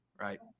right